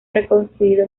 reconstruido